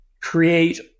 create